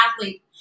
athlete